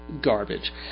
Garbage